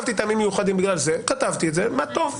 אם כתבתי טעמים מיוחדים, מה טוב.